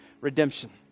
redemption